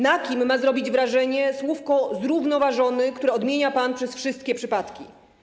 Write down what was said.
Na kim ma zrobić wrażenie słówko „zrównoważony”, które odmienia pan przez wszystkie przypadki?